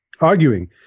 Arguing